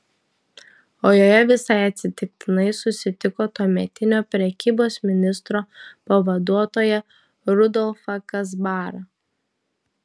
o joje visai atsitiktinai susitiko tuometinio prekybos ministro pavaduotoją rudolfą kazbarą